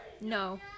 No